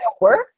work